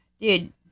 Dude